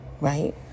right